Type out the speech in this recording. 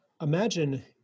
imagine